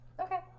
Okay